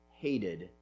hated